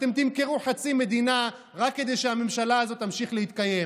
אתם תמכרו חצי מדינה רק כדי שהממשלה הזאת תמשיך להתקיים?